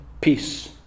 peace